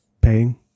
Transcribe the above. paying